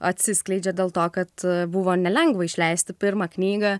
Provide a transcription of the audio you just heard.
atsiskleidžia dėl to kad buvo nelengva išleisti pirmą knygą